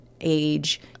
age